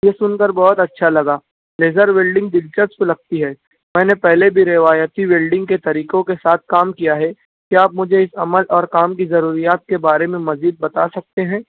یہ سن کر بہت اچھا لگا لیزر ولڈنگ دلچسپ لگتی ہے میں نے پہلے بھی روایتی ولڈنگ کے طریقوں کے ساتھ کام کیا ہے کیا آپ مجھے اس عمل اور کام کی ضروریات کے بارے میں مزید بتا سکتے ہیں